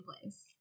place